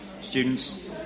students